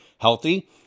healthy